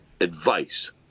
advice